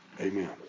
Amen